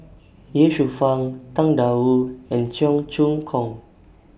Ye Shufang Tang DA Wu and Cheong Choong Kong